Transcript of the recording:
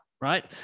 Right